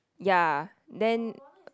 ya then